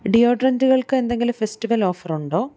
ഡിയോഡ്രൻറ്റുകൾക്ക് എന്തെങ്കിലും festival offer ഉണ്ടോ